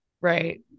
Right